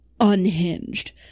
unhinged